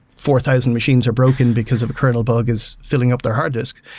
four thousand machines are broken because if a kernel bug is filling up their hard disc,